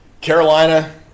Carolina